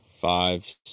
five